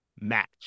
Match